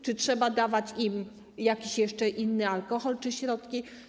Czy trzeba dawać im jakiś jeszcze inny alkohol lub środki?